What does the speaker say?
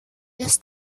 los